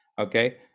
Okay